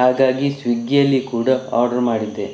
ಹಾಗಾಗಿ ಸ್ವಿಗ್ಗಿಯಲ್ಲಿ ಕೂಡ ಆರ್ಡರ್ ಮಾಡಿದ್ದೆ